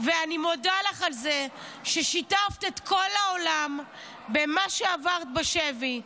ואני מודה לך על זה ששיתפת את כל העולם במה שעברת בשבי.